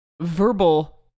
verbal